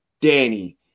Danny